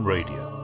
Radio